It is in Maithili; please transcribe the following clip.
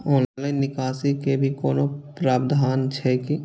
ऑनलाइन निकासी के भी कोनो प्रावधान छै की?